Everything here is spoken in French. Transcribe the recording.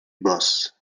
bosses